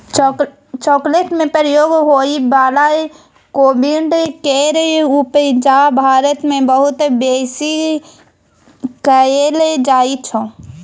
chocolate में प्रयोग होइ बला कोविंद केर उपजा भारत मे बहुत बेसी कएल जाइ छै